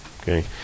Okay